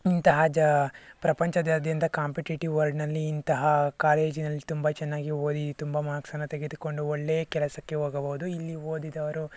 ಇಂತಹ ಜ ಪ್ರಪಂಚದಾದ್ಯಂತ ಕಾಂಪಿಟೇಟಿವ್ ವರ್ಡ್ನಲ್ಲಿ ಇಂತಹ ಕಾಲೇಜಿನಲ್ಲಿ ತುಂಬ ಚೆನ್ನಾಗಿ ಓದಿ ತುಂಬ ಮಾರ್ಕ್ಸನ್ನು ತೆಗೆದುಕೊಂಡು ಒಳ್ಳೆಯ ಕೆಲಸಕ್ಕೆ ಹೋಗಬಹುದು ಇಲ್ಲಿ ಓದಿದವರು